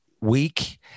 week